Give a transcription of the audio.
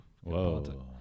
Whoa